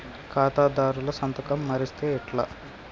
ఖాతాదారుల సంతకం మరిస్తే ఎట్లా?